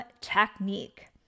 Technique